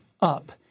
up